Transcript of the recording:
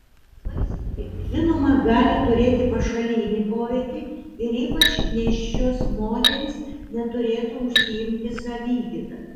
vaistai žinoma gali turėti pašalinį poveikį ir ypač nėščios moterys neturėtų užsiimti savigyda